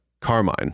Carmine